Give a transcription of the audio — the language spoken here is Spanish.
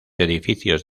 edificios